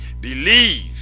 believe